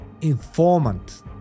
informant